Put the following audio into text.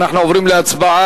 אנחנו עוברים להצבעה.